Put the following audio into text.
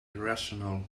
irrational